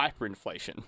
hyperinflation